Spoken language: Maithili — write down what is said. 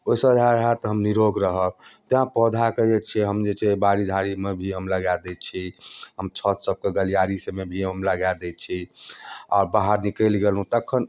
ओइसँ इएह होयत हम निरोग रहब पौधाके जे छै हम जे छै बाड़ी झाड़ीमे भी हमरा लगाय दै छी हम छत सबके गलियारी सबमे भी हम लगाय दै छी आओर बाहर निकलि गेलहुँ तखन